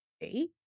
eight